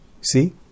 See